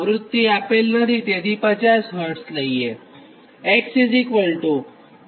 આવ્રૃત્તિ આપેલ નથીતેથી 50 Hz લઇએ